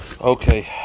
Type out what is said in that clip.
Okay